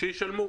שישלמו.